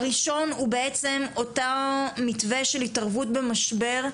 הראשון הוא בעצם אותו מתווה של התערבות במשבר,